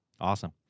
Awesome